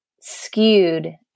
skewed